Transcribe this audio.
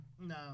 No